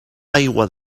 aigua